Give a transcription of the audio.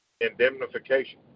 Indemnification